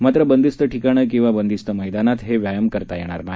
मात्र बंदिस्त ठिकाणं किंवा बंदिस्त मैदानात हे व्यायाम करता येणार नाही